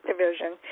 division